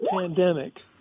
pandemic